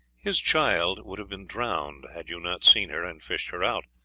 his child would have been drowned had you not seen her and fished her out,